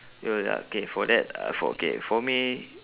ya ya K for that uh for K for me